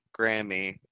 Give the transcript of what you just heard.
Grammy